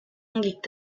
liegt